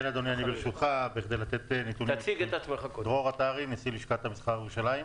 אני נשיא לשכת המסחר בירושלים.